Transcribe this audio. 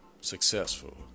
successful